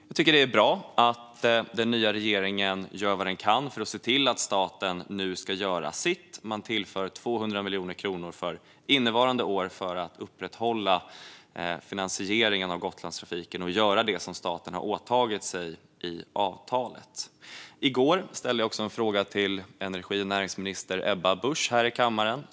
Jag tycker att det är bra att den nya regeringen gör vad den kan för att se till att staten nu ska göra sitt. Man tillför 200 miljoner kronor för innevarande år för att upprätthålla finansieringen av Gotlandstrafiken och göra det som staten har åtagit sig i avtalet. I går ställde jag också en fråga till energi och näringsminister Ebba Busch här i kammaren.